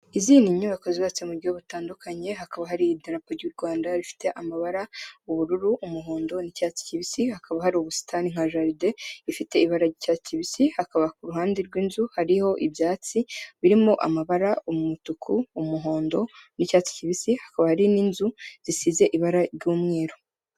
Izi ni inyubako zubatse mu buryo butandukanye, hakaba hari idarapo ry'u Rwanda rifite amabara ubururu, umuhondo n'icyatsi kibisi, hakaba hari ubusitani nka jaride ifite ibara ry'icyatsi kibisi, hakaba ku ruhande rw'inzu hariho ibyatsi birimo amabara umutuku, umuhondo n'icyatsi kibisi, hakaba hari n'inzu zisize ibara ry'umweru.